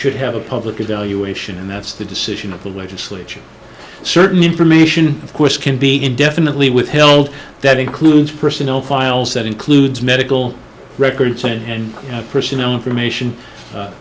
should have a public evaluation and that's the decision of the legislature certain information of course can be indefinitely withheld that includes personnel files that includes medical records and personal information